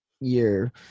year